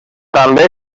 també